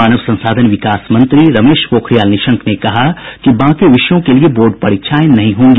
मानव संसाधन विकास मंत्री रमेश पोखरियाल निशंक ने कहा कि बाकी विषयों के लिए बोर्ड परीक्षाएं नहीं होंगी